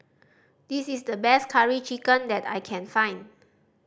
this is the best Curry Chicken that I can find